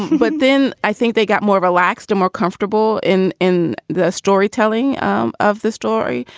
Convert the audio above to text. but then i think they got more relaxed, more comfortable in in the storytelling um of the story.